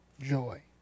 joy